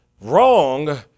wrong